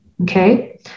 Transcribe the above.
okay